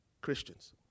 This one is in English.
Christians